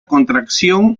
contracción